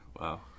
Wow